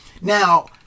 Now